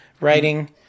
writing